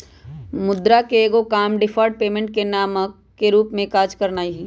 मुद्रा के एगो काम डिफर्ड पेमेंट के मानक के रूप में काज करनाइ हइ